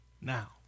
now